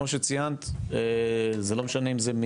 הנושא הזה, אני אומרת לכם את זה,